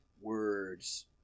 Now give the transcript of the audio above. words